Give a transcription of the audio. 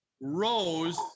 Rose